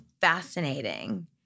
fascinating